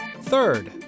Third